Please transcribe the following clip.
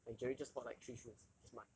like jerry just bought like three shoes this month